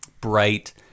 bright